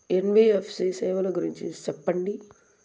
NBFC సేవల గురించి సెప్పండి?